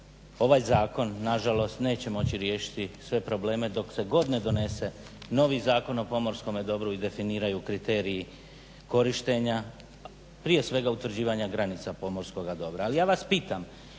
ovaj zakon na žalost neće moći riješiti sve probleme dok se god ne donese novi Zakon o pomorskome dobru i definiraju kriteriji korištenja, prije svega utvrđivanja granica pomorskoga dobra.